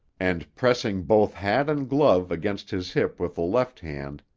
and, pressing both hat and glove against his hip with the left hand,